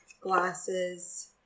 glasses